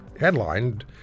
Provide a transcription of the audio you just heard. headlined